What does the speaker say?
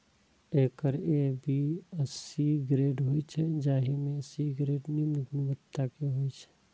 acre A, B आ C grade होइ छै, जाहि मे सी ग्रेड निम्न गुणवत्ता के होइ छै